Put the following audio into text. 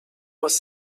was